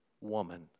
woman